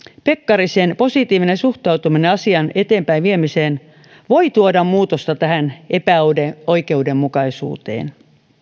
pekkarisen positiivinen suhtautuminen asian eteenpäinviemiseen voi tuoda muutosta tähän epäoikeudenmukaisuuteen